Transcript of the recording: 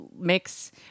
mix